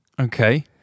okay